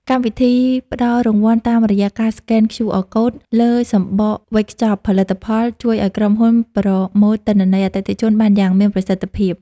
កម្មវិធីផ្តល់រង្វាន់តាមរយៈការស្កែន QR Code លើសំបកវេចខ្ចប់ផលិតផល ជួយឱ្យក្រុមហ៊ុនប្រមូលទិន្នន័យអតិថិជនបានយ៉ាងមានប្រសិទ្ធភាព។